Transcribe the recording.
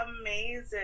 amazing